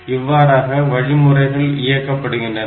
இவ்வாறாக வழிமுறைகள் இயக்க படுகின்றன